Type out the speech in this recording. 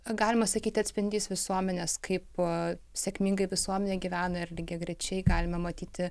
galima sakyti atspindys visuomenės kaip sėkmingai visuomenė gyvena ir lygiagrečiai galime matyti